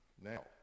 Now